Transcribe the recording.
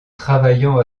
travaillant